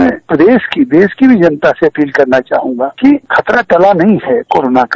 मैं प्रदेश की और देश की भी जनता से अपील करना चाहूंगा कि खतरा टली नहीं कोरोना का